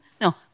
no